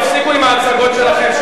תפסיקו עם ההצגות שלכם.